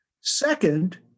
Second